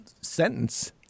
sentence